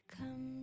Come